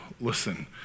listen